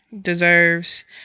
deserves